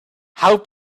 how